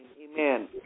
Amen